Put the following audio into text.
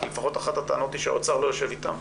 כי לפחות אחת הטענות היא שהאוצר לא יושב אתם.